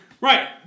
Right